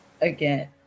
again